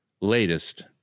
latest